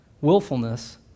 Willfulness